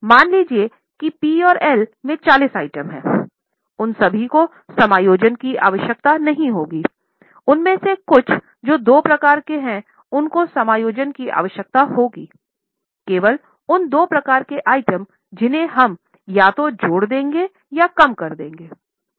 मान लीजिए कि P और L में 40 आइटम हैं उन सभी को समायोजन की आवश्यकता नहीं होगी उनमें से कुछ जो दो प्रकार के हैं उनको समायोजन की आवश्यकता होगी केवल उन दो प्रकार के आइटम जिन्हें हम या तो जोड़ देंगे या कम कर देंगे